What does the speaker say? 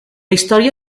història